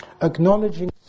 Acknowledging